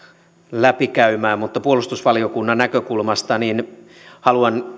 läpi käymään mutta puolustusvaliokunnan näkökulmasta haluan